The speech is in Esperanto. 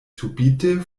subite